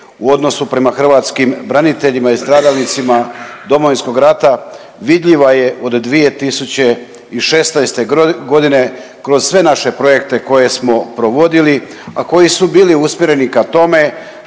u odnosu prema hrvatskim braniteljima i stradalnicima Domovinskog rata vidljiva je od 2016. godine kroz sve naše projekte koje smo provodili, a koji su bili usmjereni ka tome